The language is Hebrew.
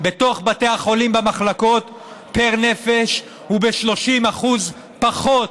בבתי החולים במחלקות פר נפש הוא ב-30% פחות